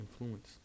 influence